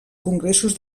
congressos